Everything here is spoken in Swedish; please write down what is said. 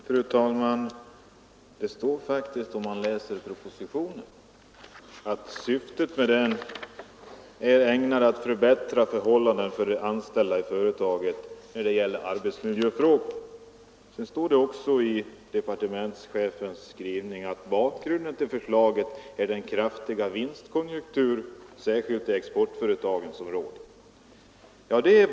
Fru talman! Det står faktiskt i propositionen att syftet med den är att förbättra förhållandena för de anställda i företagen när det gäller arbetsmiljöfrågor. I departementschefens skrivning står också att bakgrunden till förslaget är den kraftiga vinstkonjunktur som råder, särskilt i exportföretagen.